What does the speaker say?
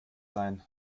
sein